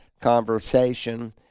conversation